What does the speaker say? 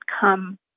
come